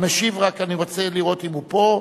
אני רק רוצה לראות אם המשיב פה.